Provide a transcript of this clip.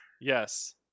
Yes